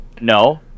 No